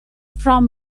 from